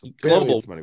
Global